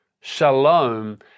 Shalom